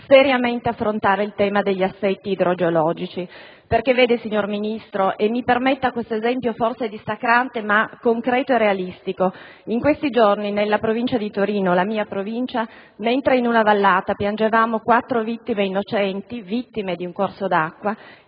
seriamente affrontare il tema degli assetti idrogeologici. Signor Ministro (mi permetto di fare questo esempio, forse dissacrante, ma concreto e realistico), in questi giorni, nella Provincia di Torino (la mia Provincia), mentre in una vallata piangevamo quattro vittime innocenti di un corso d'acqua,